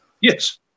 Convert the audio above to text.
Yes